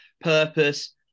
purpose